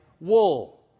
wool